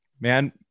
man